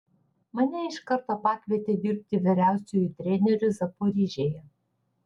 mane iš karto pakvietė dirbti vyriausiuoju treneriu zaporižėje